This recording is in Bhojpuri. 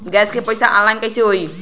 गैस क पैसा ऑनलाइन कइसे होई?